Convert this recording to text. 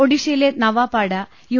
ഒഡീഷയിലെ നവാപാട യു